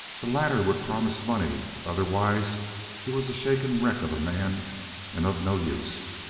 the latter would promise money otherwise he was a shaken wreck of a man and of no use.